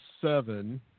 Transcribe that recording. seven